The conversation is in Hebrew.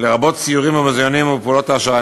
לרבות סיורים במוזיאונים ופעולות העשרה.